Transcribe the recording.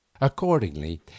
Accordingly